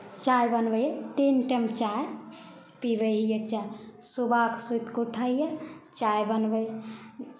चाय बनबै हिए तीन टाइम चाय पीबै हिए सुबह सूति कऽ उठै हिए चाय बनबै हिए